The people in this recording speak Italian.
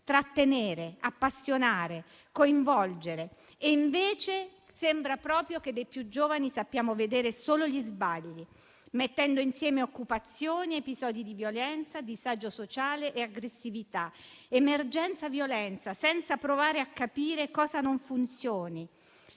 Trattenere, appassionare, coinvolgere: sembra proprio che invece dei più giovani sappiamo vedere solo gli sbagli, mettendo insieme occupazioni, episodi di violenza, disagio sociale e aggressività; emergenza-violenza, insomma, senza provare a capire cosa non funzioni,